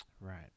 Right